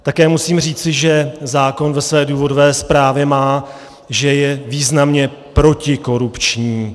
Také musím říci, že zákon ve své důvodové zprávě má, že je významně protikorupční.